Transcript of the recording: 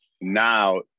now